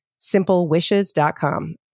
SimpleWishes.com